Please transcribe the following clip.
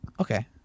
Okay